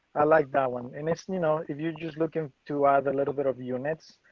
i like that one. and it's, you know, if you're just looking to add a little bit of units.